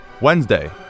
Wednesday